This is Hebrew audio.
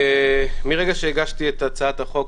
מרגע שהגשתי את הצעת החוק,